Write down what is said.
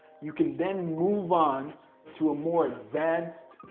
you can then move on to a more advanced,